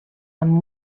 amb